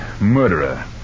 murderer